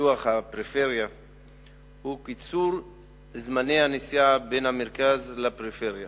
לפיתוח הפריפריה הוא קיצור זמני הנסיעה בין המרכז לפריפריה